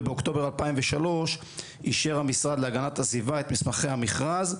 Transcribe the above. ובאוקטובר 2003 אישר המשרד להגנת הסביבה את מסמכי המכרז,